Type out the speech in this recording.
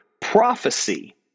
prophecy